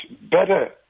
better